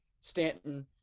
Stanton